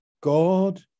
god